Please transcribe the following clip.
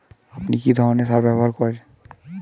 আপনি কী ধরনের সার ব্যবহার করেন?